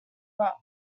rock